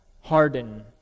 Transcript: harden